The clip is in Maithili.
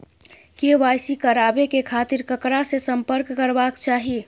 के.वाई.सी कराबे के खातिर ककरा से संपर्क करबाक चाही?